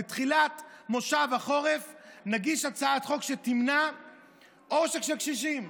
בתחילת מושב החורף נגיש הצעת חוק שתמנע עושק של קשישים?